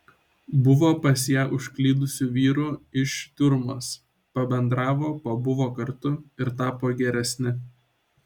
buvo pas ją užklydusių vyrų iš tiurmos pabendravo pabuvo kartu ir tapo geresni